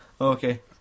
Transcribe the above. Okay